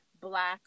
black